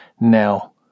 Now